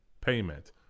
payment